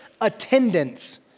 attendance